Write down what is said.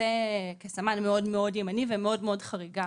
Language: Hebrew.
כסמן מאוד מאוד ימני ומאוד מאוד חריגה